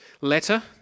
letter